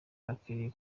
bakwiriye